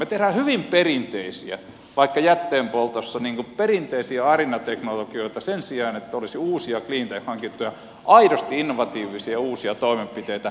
me teemme vaikka jätteenpoltossa hyvin perinteisiä arinateknologioita sen sijaan että olisi uusia cleantech hankintoja aidosti innovatiivisia ja uusia toimenpiteitä